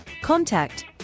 Contact